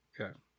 Okay